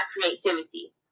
creativity